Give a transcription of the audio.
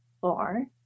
four